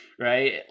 right